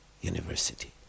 University